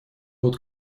вот